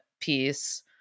piece